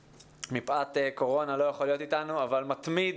מפאת קורונה לא יכול להיות אתנו אבל מתמיד